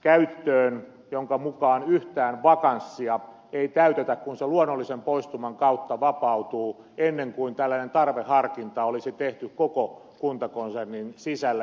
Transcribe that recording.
käyttöön jonka mukaan yhtään vakanssia ei täytetä kun se luonnollisen poistuman kautta vapautuu ennen kuin tällainen tarveharkinta olisi tehty koko kuntakonsernin sisällä